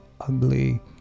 ugly